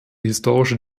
historische